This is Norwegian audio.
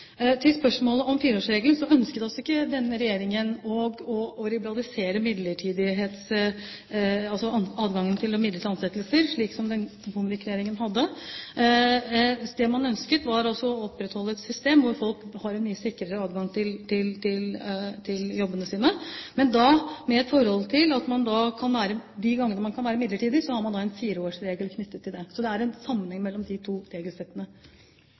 Det man ønsker, er å opprettholde et system hvor folk har mye sikrere adgang til jobbene sine, men da under det forhold at de gangene man kan være midlertidig ansatt, har man en fireårsregel knyttet til det. Så det er en sammenheng mellom de to regelsettene.